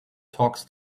talks